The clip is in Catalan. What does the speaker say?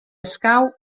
escau